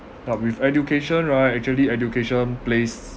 but with education right actually education plays